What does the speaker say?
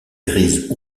grise